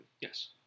Yes